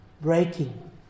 breaking